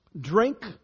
Drink